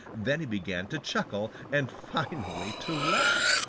then he began to chuckle and finally to laugh.